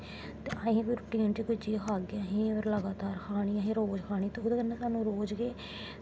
ते अस रुट्टी कन्नै जे कोई चीज खागे ते असें लगातार खानी असें रोज खानी ते ओह्दे कन्नै सानूं रोज गै